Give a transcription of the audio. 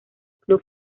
club